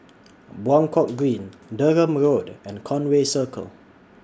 Buangkok Green Durham Road and Conway Circle